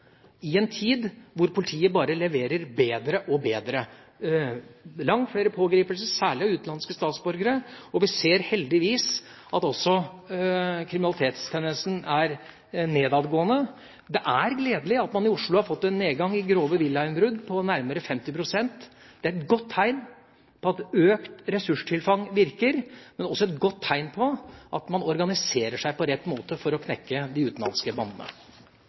i en tid hvor politiet bare leverer bedre og bedre. Det er langt flere pågripelser, særlig av utenlandske statsborgere, og vi ser heldigvis også at kriminalitetstendensen er nedadgående. Det er gledelig at man i Oslo har fått en nedgang i grove villainnbrudd på nærmere 50 pst. Det er et godt tegn på at økt ressurstilfang virker, men også et godt tegn på at man organiserer seg på rett måte for å knekke de utenlandske bandene.